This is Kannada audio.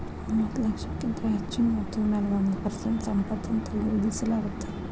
ಮೂವತ್ತ ಲಕ್ಷಕ್ಕಿಂತ ಹೆಚ್ಚಿನ ಮೊತ್ತದ ಮ್ಯಾಲೆ ಒಂದ್ ಪರ್ಸೆಂಟ್ ಸಂಪತ್ತಿನ ತೆರಿಗಿ ವಿಧಿಸಲಾಗತ್ತ